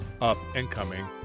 up-and-coming